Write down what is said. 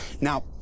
Now